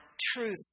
truth